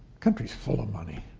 country's full of money.